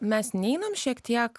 mes neinam šiek tiek